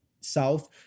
south